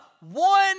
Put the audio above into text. one